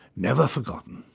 never forgotten.